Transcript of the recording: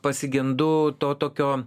pasigendu to tokio